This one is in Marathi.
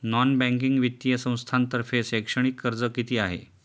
नॉन बँकिंग वित्तीय संस्थांतर्फे शैक्षणिक कर्ज किती आहे?